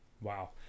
Wow